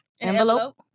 envelope